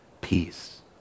peace